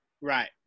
Right